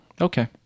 Okay